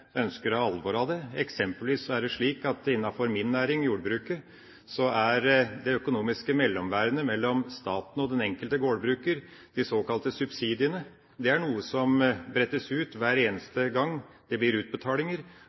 ønsker å gjøre alvor av det. Eksempelvis er det slik at innenfor min næring, jordbruket, er den enkelte gårdbrukers økonomiske mellomværende med staten, de såkalte subsidiene, noe som brettes ut hver eneste gang det blir utbetalinger.